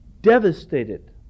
devastated